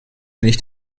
nicht